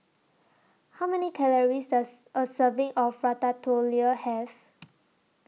How Many Calories Does A Serving of Ratatouille Have